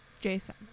Jason